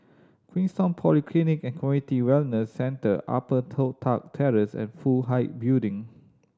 Queenstown Polyclinic and Community Wellness Centre Upper Toh Tuck Terrace and Fook Hai Building